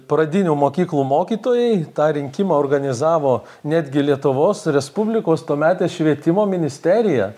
pradinių mokyklų mokytojai tą rinkimą organizavo netgi lietuvos respublikos tuometė švietimo ministerija